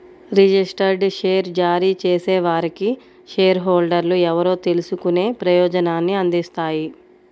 registered share జారీ చేసేవారికి share హోల్డర్లు ఎవరో తెలుసుకునే ప్రయోజనాన్ని అందిస్తాయి